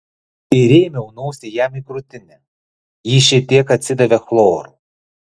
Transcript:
įrėmiau nosį jam į krūtinę ji šiek tiek atsidavė chloru